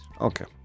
Okay